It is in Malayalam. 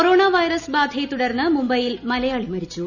കൊറോണ വൈറസ് ബാധയെ തുടർന്ന് മുംബൈയിൽ മലയാളി മരിച്ചു